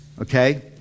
Okay